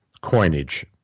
coinage